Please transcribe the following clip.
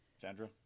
Sandra